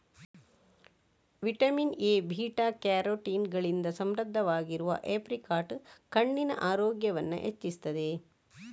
vitamin A, beta carotene ಗಳಿಂದ ಸಮೃದ್ಧವಾಗಿರುವ apricot ಕಣ್ಣಿನ ಆರೋಗ್ಯವನ್ನ ಹೆಚ್ಚಿಸ್ತದೆ